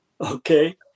okay